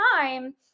time